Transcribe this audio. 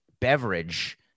beverage